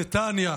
נתניה,